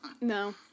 No